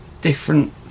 different